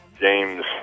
James